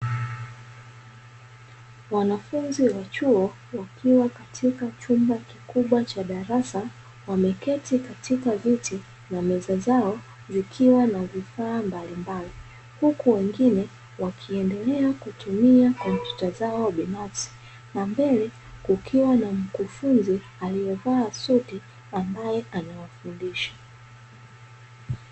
Wanafunzi wa chuo wakiwa katika chumba kikubwa cha darasa, wameketi katika viti na meza zao zikiwa na vifaa mbalimbali, huku wengine wakiendelea kutumia kompyuta zao binafsi na mbele kukiwa na mkufunzi aliyevaa suti ambaye anawafundisha.